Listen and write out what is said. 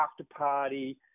after-party